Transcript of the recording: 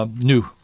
new